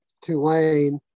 Tulane